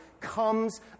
Comes